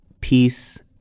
peace